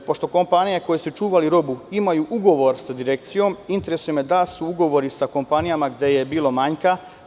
Pošto kompanije koje su čuvale robu imaju ugovor sa Direkcijom, interesuje me da li su raskinuti ugovori sa kompanijama gde je bilo manjka?